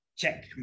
Check